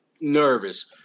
nervous